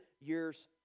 years